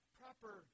proper